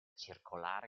circolare